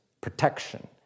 protection